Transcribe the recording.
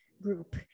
group